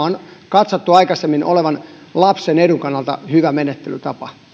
on katsottu aikaisemmin olevan lapsen edun kannalta hyvä menettelytapa